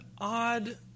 odd